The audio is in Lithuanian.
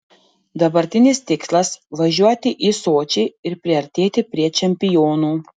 dabartinis tikslas važiuoti į sočį ir priartėti prie čempionų